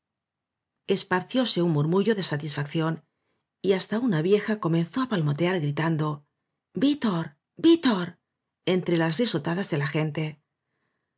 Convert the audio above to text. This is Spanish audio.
esparcióse un murmullo de satisfacción y hasta una vieja comenzó á palmotear gritando vítor vítor entre las risotadas de la gente